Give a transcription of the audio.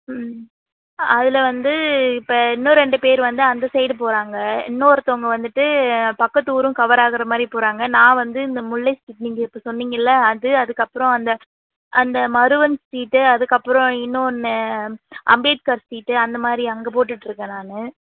ம் அதில் வந்து இப்போ இன்னும் ரெண்டு பேர் வந்து அந்த சைடு போடுறாங்க இன்னொருத்தவங்க வந்துட்டு பக்கத்து ஊரும் கவராகிற மாதிரி போடுறாங்க நான் வந்து இந்த முல்லை ஸ்ட்ரீட் நீங்கள் இப்போ சொன்னிங்கள்ல அது அதுக்கப்புறம் அந்த அந்த மருவன் ஸ்ட்ரீட்டு அதுக்கப்புறம் இன்னொன்னு அம்பேத்கர் ஸ்ட்ரீட்டு அந்தமாதிரி அங்கே போட்டுட்டுருக்கேன் நான்